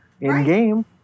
In-game